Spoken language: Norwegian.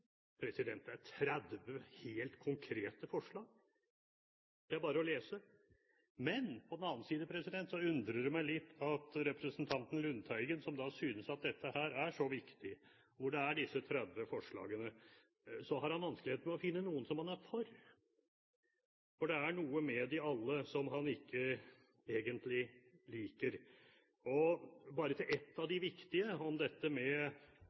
konkret. Det er 30 helt konkrete forslag! Det er bare å lese. På den annen side undrer det meg litt at representanten Lundteigen, som synes at dette er så viktig, disse 30 forslagene, har vanskeligheter med å finne noen som han er for, for det er noe med dem alle som han egentlig ikke liker. Bare til et av de viktige, dette med